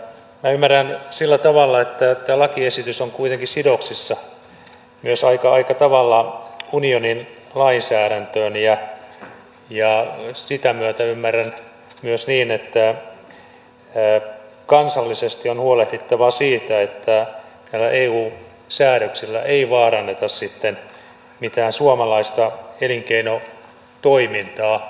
minä ymmärrän sillä tavalla että tämä lakiesitys on kuitenkin sidoksissa myös aika tavalla unionin lainsäädäntöön ja sen myötä ymmärrän myös niin että kansallisesti on huolehdittava siitä että näillä eu säädöksillä ei vaaranneta sitten mitään suomalaista elinkeinotoimintaa